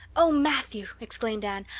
oh, matthew, exclaimed anne,